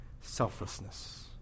selflessness